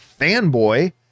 fanboy